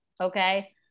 Okay